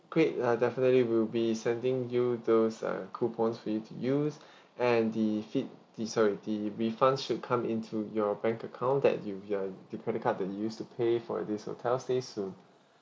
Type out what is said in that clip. great uh definitely we'll be sending you those uh coupons with you and the fift~ the sorry the refund should come into your bank account that you uh the credit card that you used to pay for this hotel stay soon